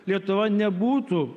lietuva nebūtų